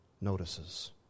notices